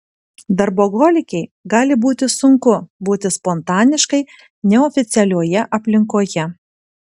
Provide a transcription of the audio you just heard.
darboholikei gali būti sunku būti spontaniškai neoficialioje aplinkoje